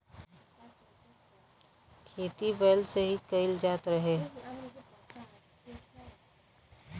खेती बैल से ही कईल जात रहे